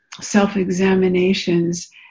self-examinations